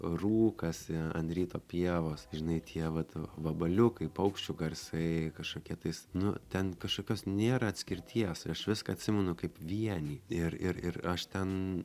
rūkas an ryto pievos žinai tie vat vabaliukai paukščių garsai kažkokie tais nu ten kašokios nėra atskirties aš viską atsimenu kaip vienį ir ir ir aš ten